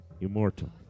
immortal